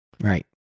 Right